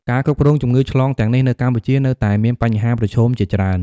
ការគ្រប់គ្រងជំងឺឆ្លងទាំងនេះនៅកម្ពុជានៅតែមានបញ្ហាប្រឈមជាច្រើន។